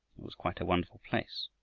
it was quite a wonderful place,